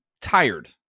tired